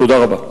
תודה רבה.